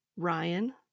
Ryan